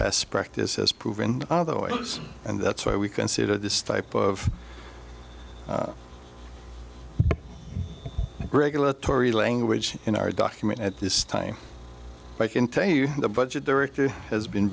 best practice as proven otherwise and that's why we consider this type of greg a lot tory language in our document at this time i can tell you the budget director has been